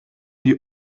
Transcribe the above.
die